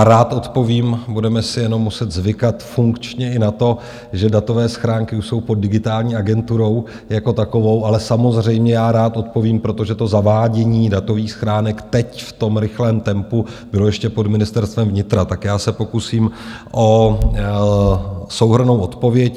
Rád odpovím, budeme si jenom muset zvykat funkčně i na to, že datové schránky jsou pod Digitální agenturou jako takovou, ale samozřejmě rád odpovím, protože zavádění datových schránek teď v tom rychlém tempu bylo ještě pod Ministerstvem vnitra, tak já se pokusím o souhrnnou odpověď.